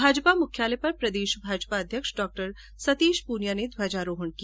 भाजपा मुख्यालय पर प्रदेश भाजपा अध्यक्ष डॉ सतीश पूनिया ने ध्वजारोहण किया